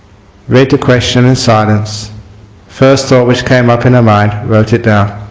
read the question in silence first thought which came up in her mind wrote it down,